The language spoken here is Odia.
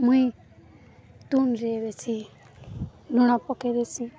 ମୁଇଁ ତୁଣ୍ରେ ବେଶୀ ଲୁଣ ପକେଇ ଦେସି